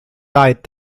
died